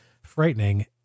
frightening